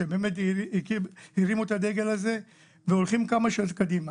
שבאמת הרימו את הדגל הזה והולכים כמה צעדים קדימה.